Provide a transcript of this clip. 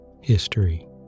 History